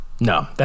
No